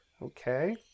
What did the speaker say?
Okay